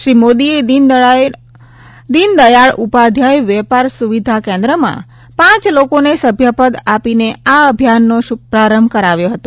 શ્રી મોદીએ દીન દયાળ ઉપાધ્યાય વેપાર સુવિધા કેન્દ્રમાં પાંચ લોકોને સભ્યપદ આપીને આ અભિયાનનો પ્રારંભ કરાવ્યો હતો